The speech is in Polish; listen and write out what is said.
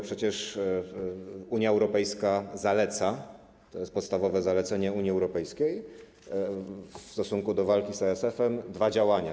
Przecież Unia Europejska zaleca - to jest podstawowe zalecenie Unii Europejskiej w stosunku do walki z ASF-em - dwa działania.